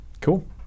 cool